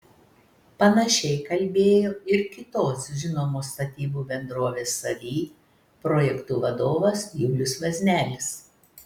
panašiai kalbėjo ir kitos žinomos statybų bendrovės savy projektų vadovas julius vaznelis